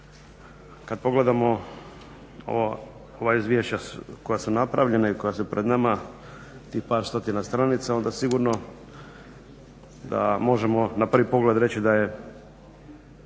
Kad pogledamo ova izvješća koja su napravljena i koja su pred nama, tih par stotina stranica onda sigurno da možemo na prvi pogled reći da je